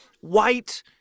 white